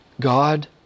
God